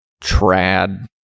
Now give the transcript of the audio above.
trad